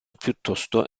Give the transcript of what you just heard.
piuttosto